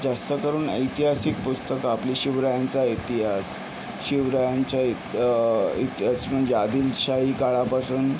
जास्त करून ऐतिहासिक पुस्तकं आपली शिवरायांचा इतिहास शिवरायांच्या इ इतिहास म्हणजे आदिलशाही काळापासून